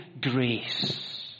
grace